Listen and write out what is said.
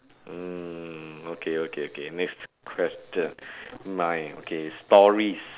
mm okay okay okay next question nine okay stories